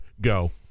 Go